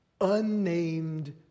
Unnamed